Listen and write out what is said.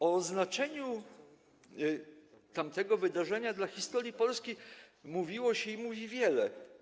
O znaczeniu tamtego wydarzenia dla historii Polski mówiło się i mówi wiele.